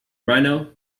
rhino